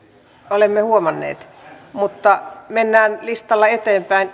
olemme huomanneet mutta mennään listalla eteenpäin